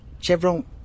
Chevron